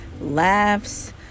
laughs